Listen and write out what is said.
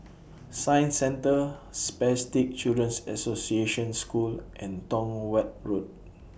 Science Centre Spastic Children's Association School and Tong Watt Road